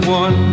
one